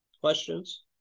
Questions